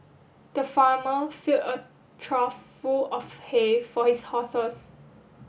the farmer filled a trough full of hay for his horses